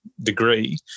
degree